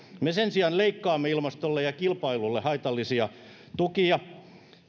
me sen sijaan leikkaamme ilmastolle ja kilpailulle haitallisia tukia